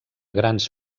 grans